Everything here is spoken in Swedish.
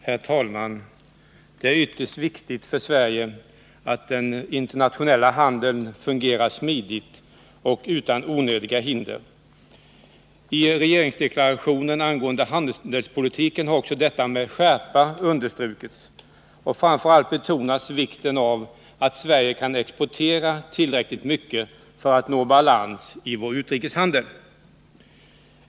Herr talman! Det är ytterst viktigt för Sverige att den internationella handeln fungerar smidigt och utan onödiga hinder. I regeringsdeklarationen angående handelspolitiken har också detta med skärpa understrukits. Framför allt betonas vikten av att Sverige kan exportera tillräckligt mycket för att nå balans i utrikeshandeln.